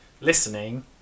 listening